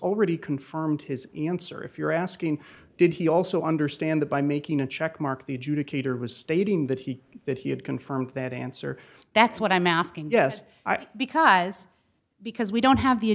already confirmed his answer if you're asking did he also understand that by making a check mark the adjudicator was stating that he that he had confirmed that answer that's what i'm asking yes because because we don't have the